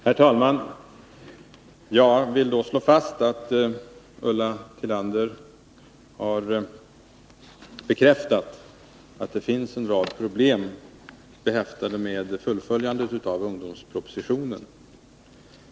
Herr talman! Jag vill slå fast att Ulla Tillander har bekräftat att det är en rad problem behäftade med fullföljandet av ungdomspropositionen.